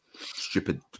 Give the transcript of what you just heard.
stupid